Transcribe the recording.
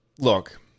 Look